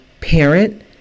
parent